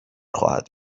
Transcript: خواهد